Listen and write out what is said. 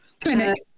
Clinic